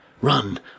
Run